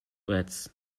rats